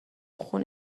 خون